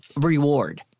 reward